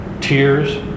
Tears